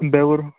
ಬೆವರು